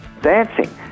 Dancing